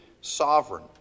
sovereign